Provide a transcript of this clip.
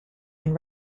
and